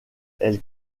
elle